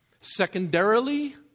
Secondarily